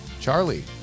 Charlie